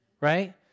right